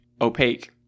opaque